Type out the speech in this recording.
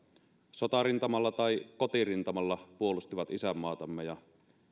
sotarintamalla tai kotirintamalla puolustivat isänmaatamme ja